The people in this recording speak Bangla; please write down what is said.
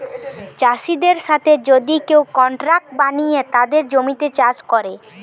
চাষিদের সাথে যদি কেউ কন্ট্রাক্ট বানিয়ে তাদের জমিতে চাষ করে